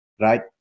Right